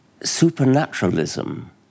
Supernaturalism